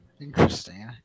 Interesting